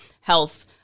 health